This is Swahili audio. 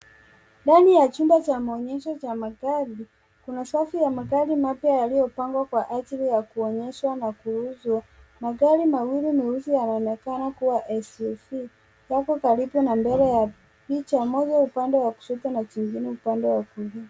Ndani ya chumba cha maonyesho cha magari , kuna safu ya magari mapya yaliyopangwa kwa ajili ya kuonyeshwa na kuuzwa. Magari mawili meusi yanaonekana kuwa SUV. Yako karibu na mbele picha moja upande wa kushoto na jingine upande wa kulia.